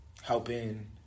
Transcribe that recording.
helping